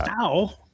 Ow